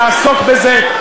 נעסוק בזה.